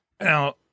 now